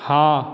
हाँ